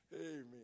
Amen